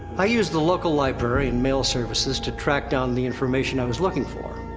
i used the local library and mail services to track down the information i was looking for.